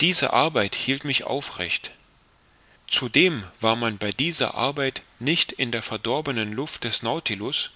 diese arbeit hielt mich aufrecht zudem war man bei dieser arbeit nicht in der verdorbenen luft des nautilus